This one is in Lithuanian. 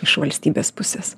iš valstybės pusės